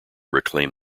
reclaim